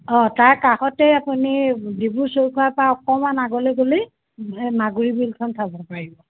অ' তাৰ কাষতে আপুনি ডিব্ৰু চৈখোৱা পৰা অকণমান আগলৈ গ'লেই মাগুৰি বিলখন চাব পাৰিব